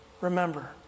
Remember